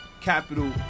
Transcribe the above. capital